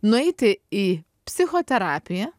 nueiti į psichoterapiją